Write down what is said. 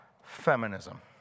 feminism